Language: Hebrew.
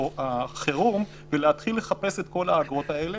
החירום ולהתחיל לחפש את כל האגרות האלה.